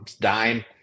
Dime